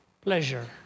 pleasure